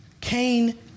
Cain